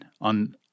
on